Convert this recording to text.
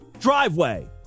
Driveway